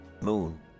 Moon